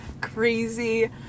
crazy